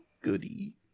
goody